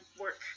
Work